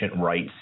rights